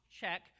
check